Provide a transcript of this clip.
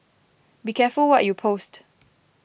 be careful what you post